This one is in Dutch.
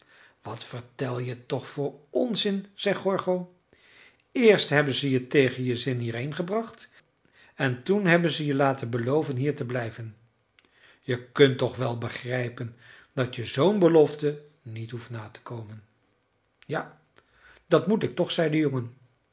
wat vertel je toch voor onzin zei gorgo eerst hebben ze je tegen je zin hierheen gebracht en toen hebben ze je laten beloven hier te blijven je kunt toch wel begrijpen dat je zoo'n belofte niet hoeft na te komen ja dat moet ik toch zei de jongen